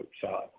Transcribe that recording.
shot